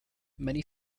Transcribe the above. many